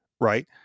right